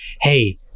hey